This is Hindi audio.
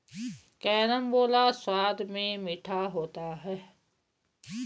कैरमबोला स्वाद में मीठा होता है